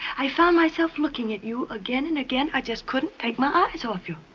i found myself looking at you again and again. i just couldn't take my eyes off you.